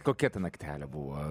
kokia ta naktelė buvo